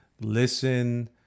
listen